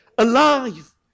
Alive